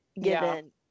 given